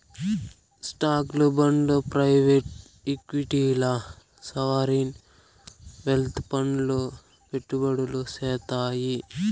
స్టాక్లు, బాండ్లు ప్రైవేట్ ఈక్విటీల్ల సావరీన్ వెల్త్ ఫండ్లు పెట్టుబడులు సేత్తాయి